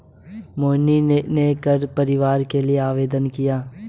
मोहिनी ने कर परिहार के लिए आवेदन किया